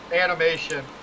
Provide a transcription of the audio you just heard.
animation